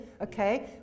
okay